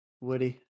Woody